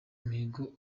mihigo